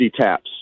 taps